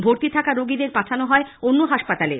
ভর্তি থাকা রোগীদের পাঠানো হয় অন্য হাসপাতালে